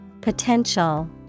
Potential